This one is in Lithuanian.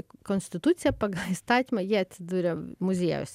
konstituciją pagal įstatymą jie atsiduria muziejuose